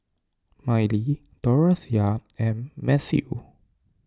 Miley Dorothea and Mathew